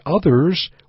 others